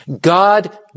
God